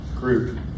group